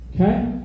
Okay